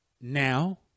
now